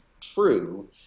true